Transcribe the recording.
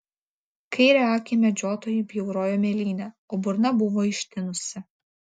kairę akį medžiotojui bjaurojo mėlynė o burna buvo ištinusi